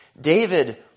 David